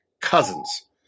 Cousins